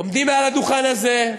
עומדים מעל הדוכן הזה,